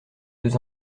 deux